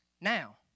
Now